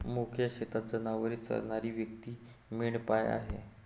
मोकळ्या शेतात जनावरे चरणारी व्यक्ती मेंढपाळ आहे